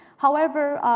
however,